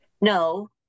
No